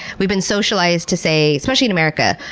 we've been socialized to say, especially in america,